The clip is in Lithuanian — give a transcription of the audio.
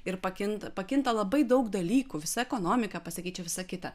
ir pakinta pakinta labai daug dalykų visa ekonomika pasikeičia visa kita